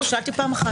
שאלתי פעם אחת.